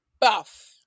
buff